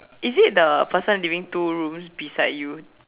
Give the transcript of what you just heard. is it the person living two rooms beside you